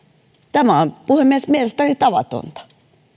tämä on puhemies mielestäni tavatonta